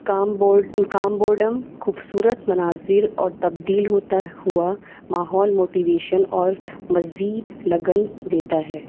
کام bore کام boredom خوبصورت مناظر اور تبدیل ہوتا ہوا ماحول موٹیویشن اور مزید لگن دیتا ہے